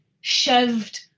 shoved